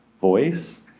voice